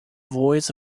voice